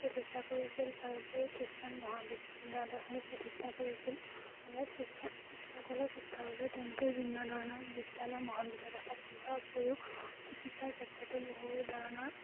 প্ৰতিষ্ঠা কৰিছিল তাৰোপৰি খ্ৰীষ্টান মহাবিদ্যালয়সমূহ প্ৰতিষ্ঠা কৰিছিল ইয়াত শিক্ষা সকলো শিক্ষাৰ বাবে তেওঁলোকে বিভিন্ন ধৰণৰ বিদ্যালয় মহাবিদ্যালয় স্থাপন কৰাৰ উপৰিও চিকিৎসাৰ ক্ষেত্ৰতো বহু ধৰণৰ